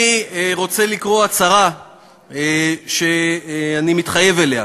אני רוצה לקרוא הצהרה שאני מתחייב אליה: